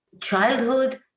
childhood